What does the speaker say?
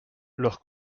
leur